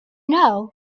know